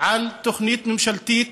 על תוכנית ממשלתית